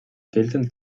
geltend